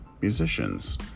musicians